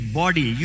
body